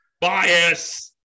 Bias